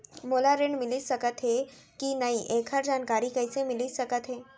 मोला ऋण मिलिस सकत हे कि नई एखर जानकारी कइसे मिलिस सकत हे?